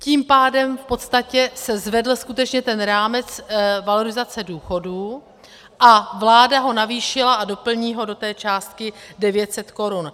Tím pádem v podstatě se zvedl skutečně ten rámec valorizace důchodů a vláda ho navýšila a doplní ho do té částky 900 korun.